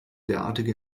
derartige